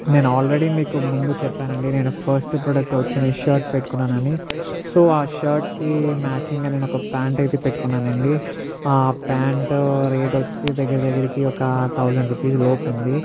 నేను ఆల్రడీ మీకు ముందు చెప్పానండి నేను ఫస్ట్ ప్రాడెక్ట్ వచ్చి నేను షర్ట్ పెట్టుకున్నాను అని సో ఆ షర్ట్కి మ్యాచింగ్ నేను ఒక ప్యాంట్ అయితే పెట్టుకున్నాను అండి ఆ ప్యాంటు రేటు వచ్చి దగ్గర దగ్గరికి ఒక థౌసండ్ రుపీస్ లోపు ఉంది